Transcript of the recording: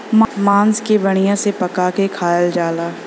मांस के बढ़िया से पका के खायल जाला